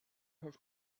his